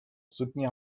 soutenir